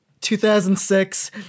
2006